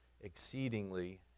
exceedingly